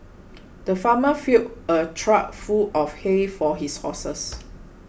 the farmer filled a trough full of hay for his horses